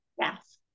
Yes